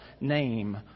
name